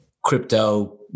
crypto